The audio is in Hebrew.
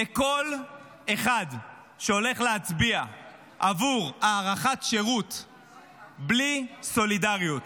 לכל אחד שהולך להצביע עבור הארכת שירות בלי סולידריות.